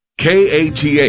K-A-T-A